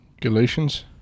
Galatians